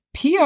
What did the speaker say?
PR